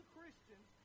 Christians